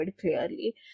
clearly